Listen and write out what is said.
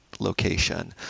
location